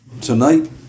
Tonight